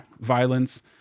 Violence